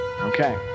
Okay